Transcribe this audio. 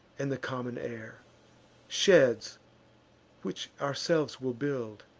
and the common air sheds which ourselves will build,